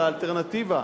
על האלטרנטיבה,